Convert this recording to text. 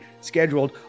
scheduled